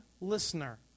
listener